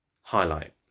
Highlight